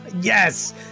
Yes